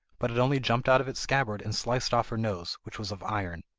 but it only jumped out of its scabbard and sliced off her nose, which was of iron.